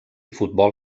futbol